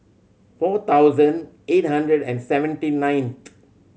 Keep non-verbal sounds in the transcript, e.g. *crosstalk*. four thousand eight hundred and seventy nine *noise*